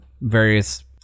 various